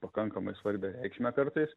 pakankamai svarbią reikšmę kartais